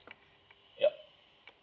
yup